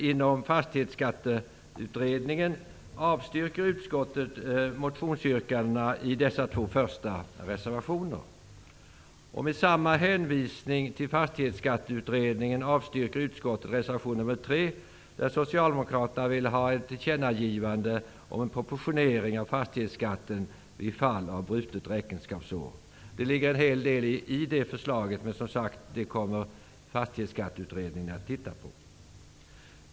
I väntan på resultatet av det arbete som bedrivs inom Fastighetsskatteutredningen avstyrker utskottet motionsyrkandena i fråga om dessa två första reservationer. Med samma hänvisning till Det ligger en hel del i det förslaget. Men, som sagt, detta kommer Fastighetsskatteutredningen att titta på.